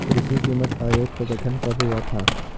कृषि कीमत आयोग का गठन कब हुआ था?